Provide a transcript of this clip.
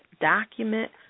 document